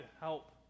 help